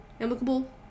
amicable